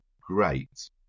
great